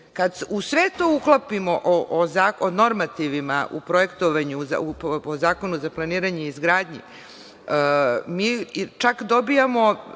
uz sve to uklopimo sa normativima o projektovanju po Zakonu o planiranju i izgradnji, mi čak dobijamo